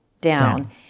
down